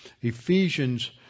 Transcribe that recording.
Ephesians